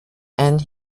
and